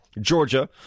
Georgia